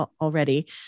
already